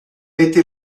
été